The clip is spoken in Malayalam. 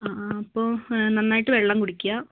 ആ ആ അപ്പോൾ നന്നായിട്ട് വെള്ളം കുടിക്കുക